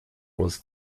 was